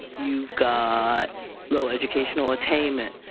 you've got low educational attainment.